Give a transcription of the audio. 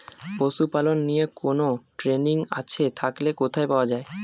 পশুপালন নিয়ে কোন ট্রেনিং আছে থাকলে কোথায় পাওয়া য়ায়?